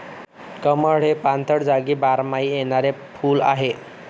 कमळ हे पाणथळ जागी बारमाही येणारे फुल आहे